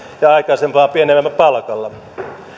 ja aikaisempaa pienemmällä palkalla